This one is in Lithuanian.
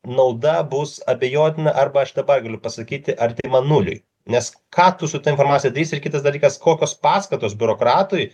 nauda bus abejotina arba aš dabar galiu pasakyti artima nuliui nes ką tu su ta informacija darysi ir kitas dalykas kokios paskatos biurokratui